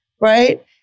right